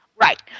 Right